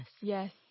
Yes